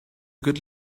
good